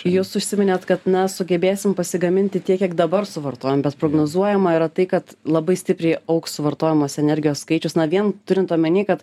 jūs užsiminėt kad mes sugebėsim pasigaminti tiek kiek dabar suvartojam bet prognozuojama yra tai kad labai stipriai augs suvartojamos energijos skaičius na vien turint omenyje kad